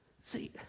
See